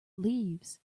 leaves